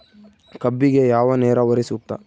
ಕಬ್ಬಿಗೆ ಯಾವ ನೇರಾವರಿ ಸೂಕ್ತ?